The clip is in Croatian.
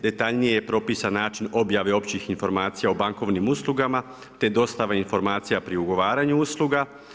Detaljnije je propisan način objave općih informacija o bankovnim uslugama te dostava informacija pri ugovaranju usluga.